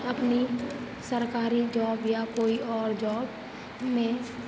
अपनी सरकारी जॉब या कोई और जॉब में